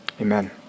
amen